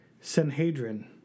Sanhedrin